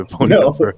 No